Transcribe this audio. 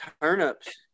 turnips